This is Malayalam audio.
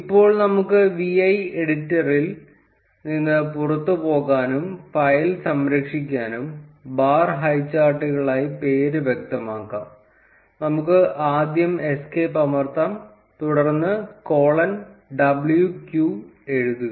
ഇപ്പോൾ നമുക്ക് vi എഡിറ്ററിൽ നിന്ന് പുറത്തുപോകാനും ഫയൽ സംരക്ഷിക്കാനും ബാർ ഹൈചാർട്ടുകളായി പേര് വ്യക്തമാക്കാം നമുക്ക് ആദ്യം എസ്കെയപ്പ് അമർത്താം തുടർന്ന് കോളൻ w q എഴുതുക